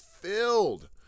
filled